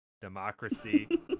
democracy